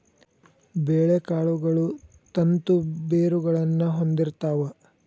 ಬೇಳೆಕಾಳುಗಳು ತಂತು ಬೇರುಗಳನ್ನಾ ಹೊಂದಿರ್ತಾವ